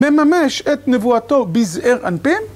ממש את נבואתו בזעיר אנפין